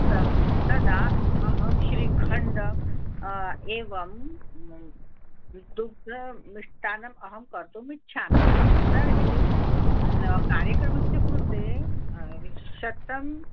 तान् तदा अहं श्रीखण्ड् एवं दुग्धमिष्टान्नम् अहं कर्तुमिच्छामि तर्हि कार्यक्रमस्य कृते शतम्